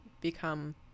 become